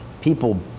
people